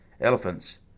elephants